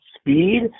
speed